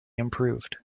improved